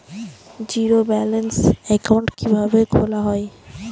Zero balance account কিভাবে খোলা হয়?